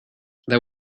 there